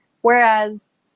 Whereas